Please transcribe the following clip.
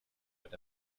but